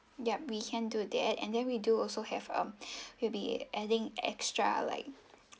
yup we can do that and then we do also have um we'll be adding extra like